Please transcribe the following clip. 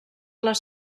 les